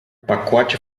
pacote